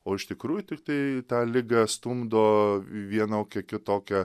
o iš tikrųjų tiktai tą ligą stumdo vienokia kitokia